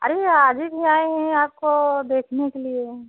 अरे आज ही आएँ हैं आपको देखने के लिए